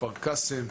כפר קאסם,